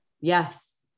Yes